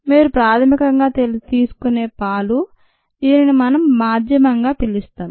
మీరు ప్రాథమికంగా తీసుకునే పాలు దీనిని మనం మాధ్యమంగా పిలుస్తాం